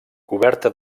coberta